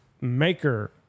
maker